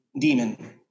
demon